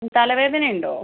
തലവേദനയുണ്ടോ